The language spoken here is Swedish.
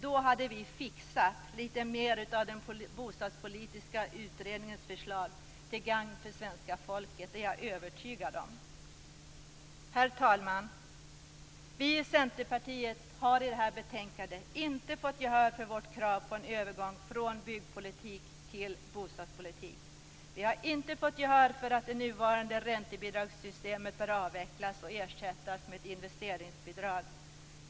Då hade vi fixat litet mer från den bostadspolitiska utredningens förslag till gagn för svenska folket - det är jag övertygad om. Herr talman! Vi i Centerpartiet har i detta betänkande inte fått gehör för vårt krav på en övergång från byggpolitik till bostadspolitik. Vi har inte fått gehör för att det nuvarande räntebidragssystemet bör avvecklas och ersättas med ett investeringsbidrag.